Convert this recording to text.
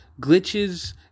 Glitches